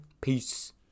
Peace